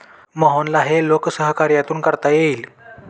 मोहनला हे लोकसहकार्यातून करता येईल